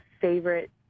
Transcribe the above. favorite